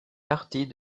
partie